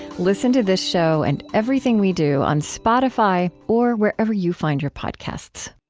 listen to this show and everything we do on spotify or wherever you find your podcasts